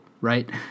right